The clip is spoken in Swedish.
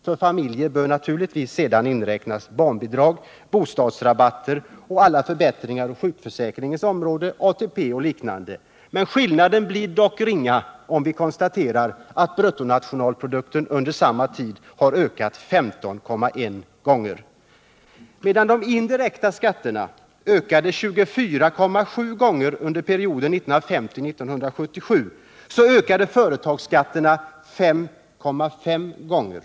För familjer bör naturligtvis sedan inräknas barnbidrag, bostadsrabatter, alla förbättringar på sjukförsäkringens område, ATP och liknande. Skillnaden blir dock ringa, om vi konstaterar att bruttonationalprodukten under samma tid har ökat 15,1 gånger. Medan de direkta skatterna ökade 24,7 gånger under perioden 1950-1977, så ökade företagsskatterna 5,5 gånger.